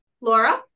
Laura